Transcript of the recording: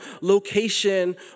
location